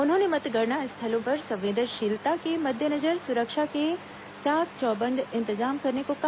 उन्होंने मतगणना स्थलों पर संवेदनशीलता के मद्देनजर सुरक्षा के चाक चौबंद इंतजाम करने को कहा